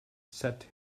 set